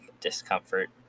discomfort